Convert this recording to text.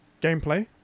gameplay